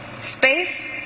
Space